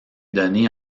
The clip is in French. donné